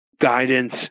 guidance